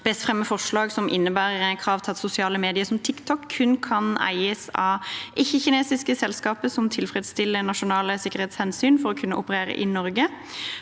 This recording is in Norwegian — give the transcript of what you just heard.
bes fremme forslag som innebærer krav til at sosiale medier som TikTok kun kan eies av ikke-kinesiske selskaper som tilfredsstiller nasjonale sikkerhetshensyn, for å kunne operere i Norge.